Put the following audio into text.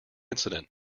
incident